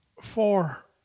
four